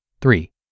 Three